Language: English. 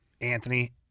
Anthony